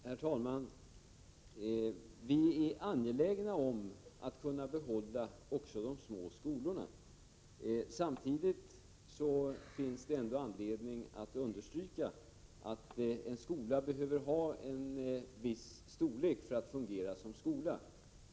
Herr talman! Vi är angelägna om att kunna behålla även de små skolorna. Samtidigt finns det ändå anledning understryka att en skola behöver ha en viss storlek för att fungera som skola.